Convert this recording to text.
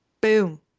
Boom